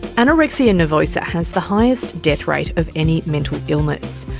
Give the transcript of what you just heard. anorexia nervosa has the highest death rate of any mental illness.